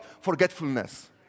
forgetfulness